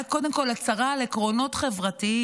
זו הייתה קודם כול הצהרה על עקרונות חברתיים.